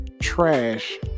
trash